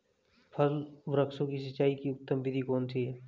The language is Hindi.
फल वृक्षों की सिंचाई की उत्तम विधि कौन सी है?